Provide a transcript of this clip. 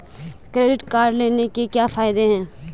Credit card लेने के क्या फायदे हैं?